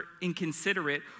inconsiderate